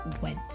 went